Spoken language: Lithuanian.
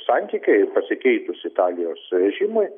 santykiai pasikeitus italijos režimui